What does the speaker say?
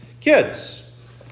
Kids